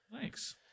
Thanks